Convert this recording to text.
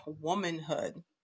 womanhood